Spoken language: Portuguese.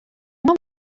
uma